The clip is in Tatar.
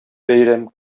бәйрәм